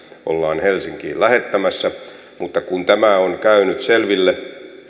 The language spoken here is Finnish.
ollaan helsinkiin lähettämässä mutta kun tämä on käynyt selville